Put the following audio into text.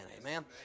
amen